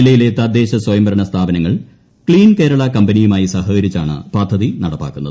ജില്ലയിലെ തദ്ദേശസ്വയംഭരണ സ്ഥാപിന്റങ്ങൾ ക്സീൻ കേരള കമ്പനിയുമായി സഹകരിച്ചാണ് പദ്ധതി നൂടിപ്പിലാക്കുന്നത്